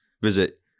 visit